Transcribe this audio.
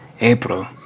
April